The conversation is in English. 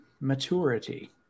maturity